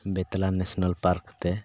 ᱵᱮᱛᱞᱟ national ᱯᱟᱨᱠᱛᱮ